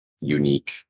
unique